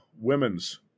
women's